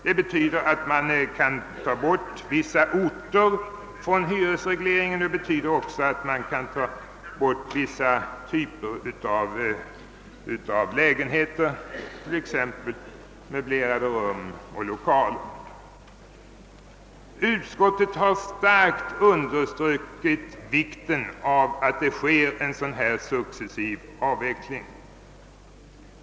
Det betyder att man kan avföra vissa orter från hyresregleringen och även vissa typer av lägenheter, t.ex. möblerade rum och lokaler. Utskottet har starkt understrukit vikten av en successiv avveckling.